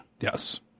yes